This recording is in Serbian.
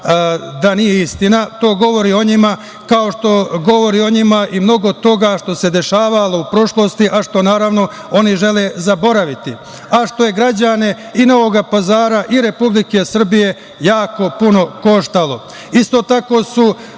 da nije istina. To govori o njima, kao što govori o njima i mnogo toga što se dešavalo u prošlosti, a što naravno oni žele zaboraviti, a što je građane i Novog Pazara i Republike Srbije jako puno koštalo. Isto